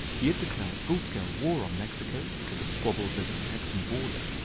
he had declared full-scale war on mexico because of squabbles over the texan border,